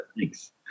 Thanks